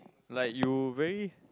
like you very